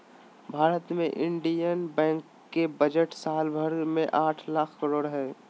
भारत मे इन्डियन बैंको के बजट साल भर मे आठ लाख करोड के हय